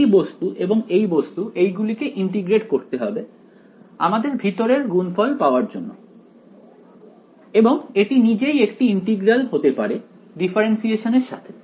এই বস্তু এবং এই বস্তু এই গুলিকে ইন্টিগ্রেট করতে হবে আমাদের ভিতরের গুণফল পাওয়ার জন্য এবং এটি নিজেই একটি ইন্টিগ্রাল হতে পারে ডিফারেন্সিয়েশন এর সাথে